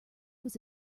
was